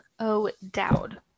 O'Dowd